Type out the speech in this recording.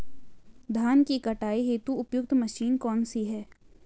धान की कटाई हेतु उपयुक्त मशीन कौनसी है?